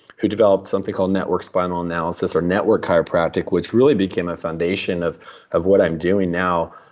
who developed something called network spinal analysis, or network chiropractic, which really became a foundation of of what i'm doing now,